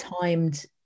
timed